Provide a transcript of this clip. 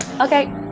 Okay